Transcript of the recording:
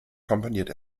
komponiert